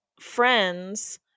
friends